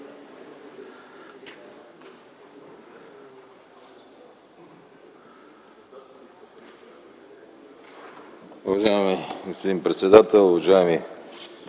Благодаря.